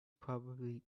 probably